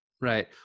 right